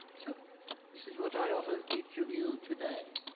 so, this is what i offer each of you today.